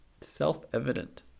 self-evident